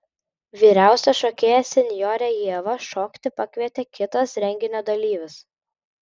vyriausią šokėją senjorę ievą šokti pakvietė kitas renginio dalyvis